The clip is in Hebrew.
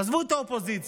עזבו את האופוזיציה,